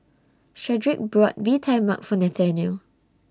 Shedrick brought Bee Tai Mak For Nathaniel